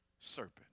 serpent